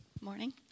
Morning